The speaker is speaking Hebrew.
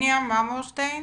הניה מרמורשטיין